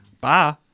bye